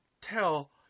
tell